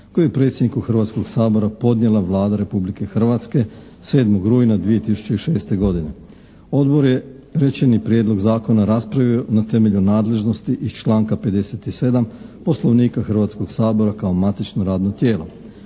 koji je predsjedniku Hrvatskoga sabora podnijela Vlada Republike Hrvatske 7. rujna 2006. godine. Odbor je rečeni prijedlog zakona raspravio na temelju nadležnosti iz članka 57. Poslovnika Hrvatskoga sabora, kao matično radno tijelo.